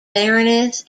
baroness